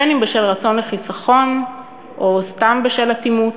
בין אם בשל רצון לחיסכון או סתם בשל אטימות,